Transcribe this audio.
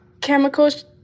chemicals